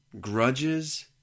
grudges